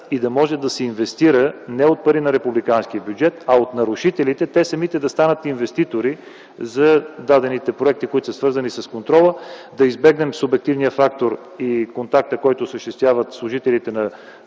и да може да се инвестира не от пари на републиканския бюджет, а от нарушителите - те самите да станат инвеститори за дадените проекти, които са свързани с контрола. Да избегнем субективния фактор и контакта, който осъществяват служителите на